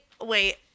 Wait